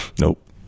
Nope